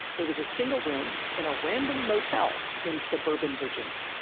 it was a single room, in a random motel, in suburban virginia.